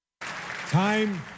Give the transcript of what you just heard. Time